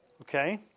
Okay